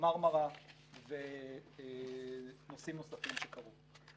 מרמרה ונושאים נוספים שקרו.